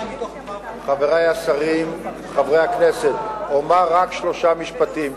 חברי השרים, חברי הכנסת, אומר רק שלושה משפטים.